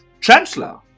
Chancellor